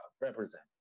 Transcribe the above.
Represent